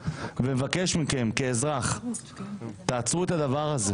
ומבקש מכם כאזרח תעצרו את הדבר הזה.